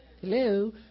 Hello